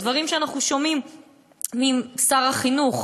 הדברים שאנחנו שומעים משר החינוך,